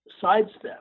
sidestep